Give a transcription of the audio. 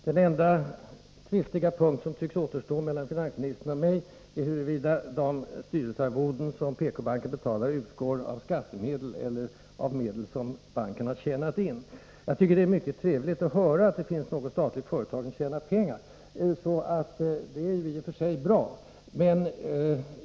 Herr talman! Den enda tvistiga punkt som tycks återstå mellan finansministern och mig är huruvida de styrelsearvoden som PK-banken betalar utgår av skattemedel eller av medel som banken har tjänat in. Jag tycker att det är mycket trevligt att höra att det finns något statligt företag som tjänar pengar. Det är i och för sig bra.